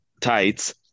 tights